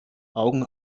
augen